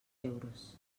euros